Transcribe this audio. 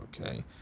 Okay